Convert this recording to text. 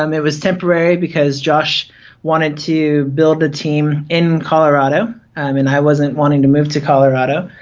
um it was temporary because josh wanted to build a team in colorado and i wasn't wanting to move to colorado,